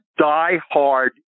diehard